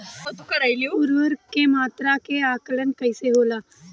उर्वरक के मात्रा के आंकलन कईसे होला?